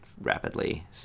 rapidly